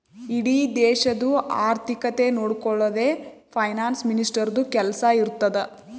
ಇಡೀ ದೇಶದು ಆರ್ಥಿಕತೆ ನೊಡ್ಕೊಳದೆ ಫೈನಾನ್ಸ್ ಮಿನಿಸ್ಟರ್ದು ಕೆಲ್ಸಾ ಇರ್ತುದ್